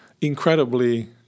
incredibly